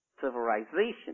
civilization